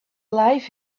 life